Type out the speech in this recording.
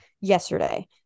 yesterday